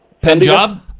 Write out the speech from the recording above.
Punjab